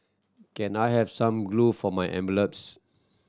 can I have some glue for my envelopes